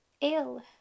ill